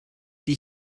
die